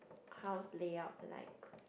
house layout like